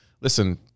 listen